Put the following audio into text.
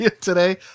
today